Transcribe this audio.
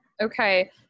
Okay